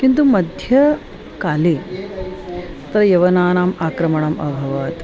किन्तु मध्यकाले तत्र यवनानाम् आक्रमणम् अभवत्